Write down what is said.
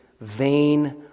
vain